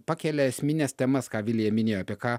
pakelia esmines temas ką vilija minėjo apie ką